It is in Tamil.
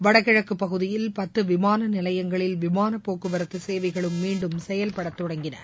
வடகிழக்கு பகுதியில் பத்து விமான நிலையங்களில் விமான போக்குவரத்து சேவைகளும் மீண்டும் செயல்பட தொடங்கியுள்ளது